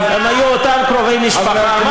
היו אותם קרובי משפחה.